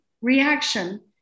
reaction